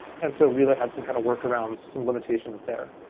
and so relay had some kind of work around some limitations there.